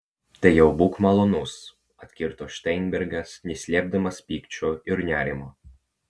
tai jau būk malonus atkirto šteinbergas neslėpdamas pykčio ir nerimo